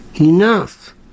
enough